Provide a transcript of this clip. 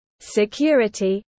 security